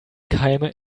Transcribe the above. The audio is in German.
keime